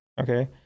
Okay